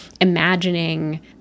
imagining